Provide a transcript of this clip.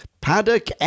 paddock